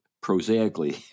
prosaically